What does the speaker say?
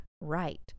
right